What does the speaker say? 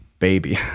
baby